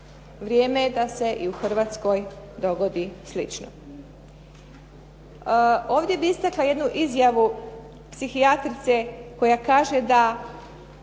Vrijeme je da se i u Hrvatskoj dogodi slično. Ovdje bih istakla jednu izjavu psihijatrice koja kaže da